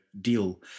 deal